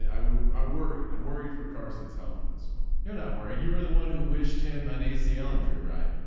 i would. i'm worried. i'm worried for carson's health in this one. you're not worried. you were the one who wished him on acl injury. right?